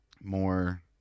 more